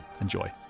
Enjoy